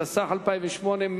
התשס"ח 2008,